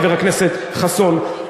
חבר הכנסת חסון,